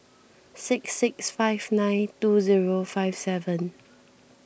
six six five nine two zero five seven